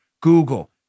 Google